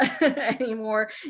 anymore